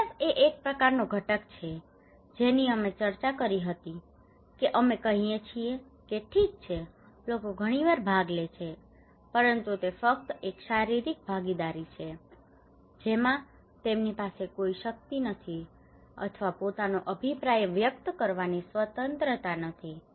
fairness એ એક પ્રકારનો ઘટક છે જેની અમે ચર્ચા કરી હતી કે અમે કહીએ છીએ કે ઠીક છે લોકો ઘણીવાર ભાગ લે છે પરંતુ તે ફક્ત એક શારીરિક ભાગીદારી છે જેમાં તેમની પાસે કોઈ શક્તિ નથી અથવા પોતાનો અભિપ્રાય વ્યક્ત કરવાની સ્વતંત્રતા નથી